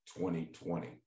2020